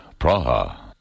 Praha